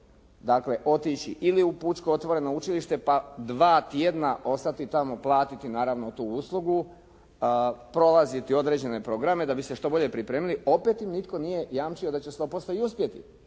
dakle otići ili u Pučko otvoreno učilište pa dva tjedna ostati tamo, platiti naravno tu uslugu, prolaziti određene programe da bi se što bolje pripremili, opet im nitko nije jamčio da će 100% i uspjeti.